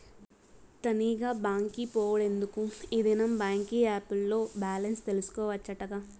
తనీగా బాంకి పోవుడెందుకూ, ఈ దినం బాంకీ ఏప్ ల్లో బాలెన్స్ తెల్సుకోవచ్చటగా